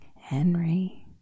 Henry